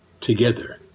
together